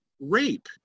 rape